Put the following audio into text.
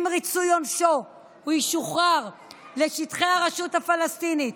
עם ריצוי עונשו הוא ישוחרר לשטחי הרשות הפלסטינית.